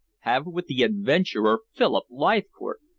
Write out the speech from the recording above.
have with the adventurer philip leithcourt?